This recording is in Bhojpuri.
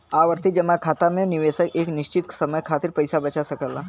आवर्ती जमा खाता में निवेशक एक निश्चित समय खातिर पइसा बचा सकला